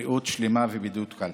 בריאות שלמה ובידוד קל.